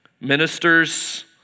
Ministers